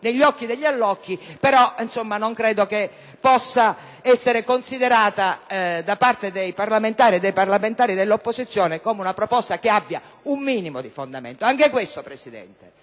negli occhi degli allocchi, ma non credo che possa essere considerata da parte dei parlamentari - e dei parlamentari dell'opposizione - una proposta che abbia un minimo di fondamento. Anche questo, signor